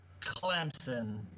Clemson